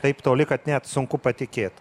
taip toli kad net sunku patikėt